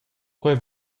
quei